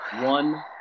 one